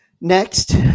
Next